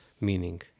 meaning